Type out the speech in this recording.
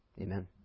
Amen